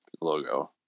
logo